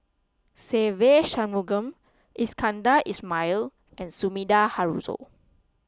Se Ve Shanmugam Iskandar Ismail and Sumida Haruzo